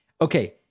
okay